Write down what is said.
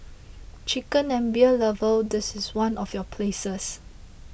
chicken and beer lovers this is one of your places